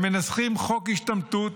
הם מנסחים חוק השתמטות